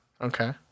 Okay